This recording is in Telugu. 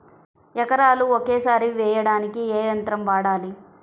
ఎకరాలు ఒకేసారి వేయడానికి ఏ యంత్రం వాడాలి?